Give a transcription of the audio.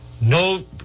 no